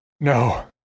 No